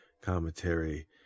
commentary